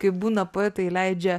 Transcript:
kaip būna poetai leidžia